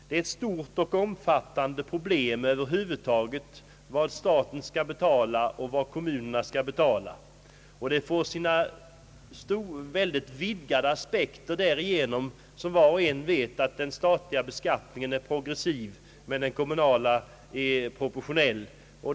Det är ett stort problem över huvud taget vad staten skall betala och vad kommunerna skall betala, och det får vidgade aspekter därigenom, som var och en vet, att den statliga beskattningen är progressiv medan den kommunala är proportionell.